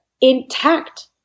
intact